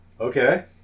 Okay